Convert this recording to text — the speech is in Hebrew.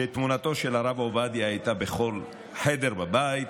ותמונתו של הרב עובדיה הייתה בכל חדר בבית.